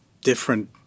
different